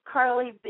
Carly